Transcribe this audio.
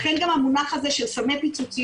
לכן גם המונח הזה של סמי פיצוציות,